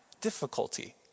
difficulty